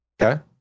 Okay